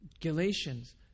Galatians